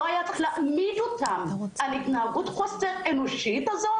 לא היה צריך להעמיד אותם על ההתנהגות חסרת האנושיות הזאת,